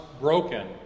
broken